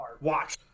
Watch